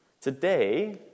Today